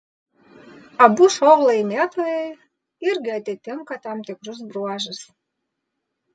abu šou laimėtojai irgi atitinka tam tikrus bruožus